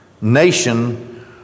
nation